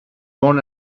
born